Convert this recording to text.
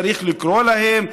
צריך לקרוא להם,